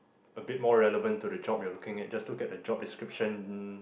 a bit more relevant to the job you are looking at just look at the job description